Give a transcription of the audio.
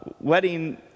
wedding